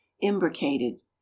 Imbricated